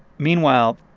meanwhile,